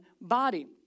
body